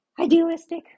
idealistic